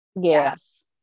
Yes